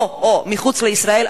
פה או מחוץ לישראל,